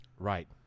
right